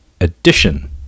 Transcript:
addition